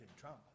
Trump